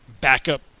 backup